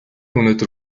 өнөөдөр